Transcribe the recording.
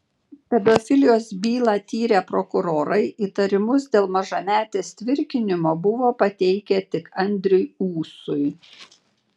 pedofilijos bylą tyrę prokurorai įtarimus dėl mažametės tvirkinimo buvo pateikę tik andriui ūsui